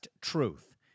Truth